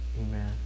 Amen